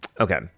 Okay